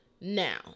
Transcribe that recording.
Now